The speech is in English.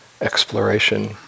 exploration